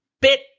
bit